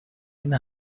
این